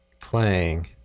playing